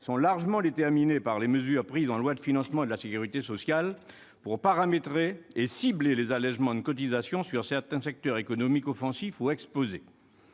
sont largement déterminés par les mesures adoptées dans le projet de loi de financement de la sécurité sociale pour paramétrer et le cibler les allégements de cotisations sociales sur certains secteurs économiques offensifs ou exposés.